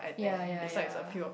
ya ya ya